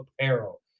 apparel